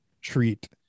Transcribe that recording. treat